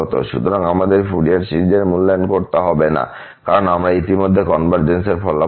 সুতরাং আমাদের ফুরিয়ার সিরিজের মূল্যায়ন করতে হবে না কারণ আমরা ইতিমধ্যে কনভারজেন্সের ফলাফল জানি